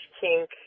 kink